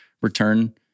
return